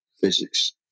physics